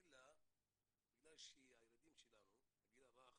אלא בגלל שהילדים שלנו בגיל הרך